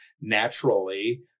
naturally